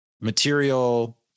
material